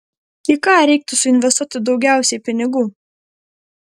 į ką reiktų suinvestuoti daugiausiai pinigų